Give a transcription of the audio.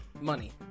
money